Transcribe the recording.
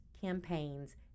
campaigns